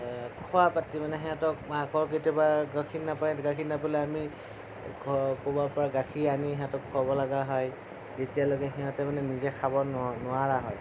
খোৱা পাতি মানে সিহঁতক মাকৰ কেতিয়াবা গাখীৰ নাপায় গাখীৰ নাপালে আমি ঘৰৰ ক'ৰবাৰ পৰা গাখীৰ আনি সিহঁতক খুৱাবলগীয়া হয় যেতিয়ালৈকে সিহঁতে মানে নিজে খাব নোৱাৰা হয়